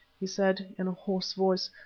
he said, in a hoarse voice,